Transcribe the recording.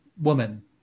woman